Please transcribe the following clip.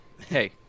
hey